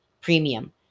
premium